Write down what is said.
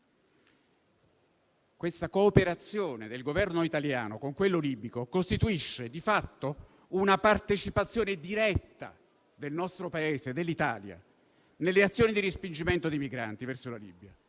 questa cooperazione del Governo italiano con quello libico costituisce di fatto una partecipazione diretta del nostro Paese, cioè dell'Italia, nelle azioni di respingimento dei migranti verso la Libia,